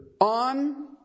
on